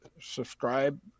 subscribe